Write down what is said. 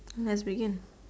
let's begin